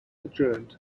adjourned